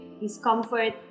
discomfort